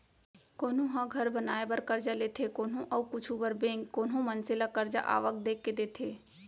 कोनो ह घर बनाए बर करजा लेथे कोनो अउ कुछु बर बेंक कोनो मनसे ल करजा आवक देख के देथे